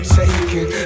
taken